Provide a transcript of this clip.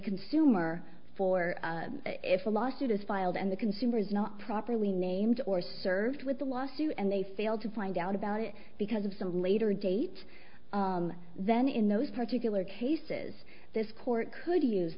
consumer for if a lawsuit is filed and the consumer is not properly named or served with the lawsuit and they fail to find out about it because of some later date then in those particular cases this court could use